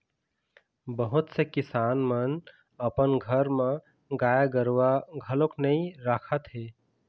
बहुत से किसान मन अपन घर म गाय गरूवा घलोक नइ राखत हे